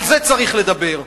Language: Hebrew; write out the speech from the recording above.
על זה צריך לדבר.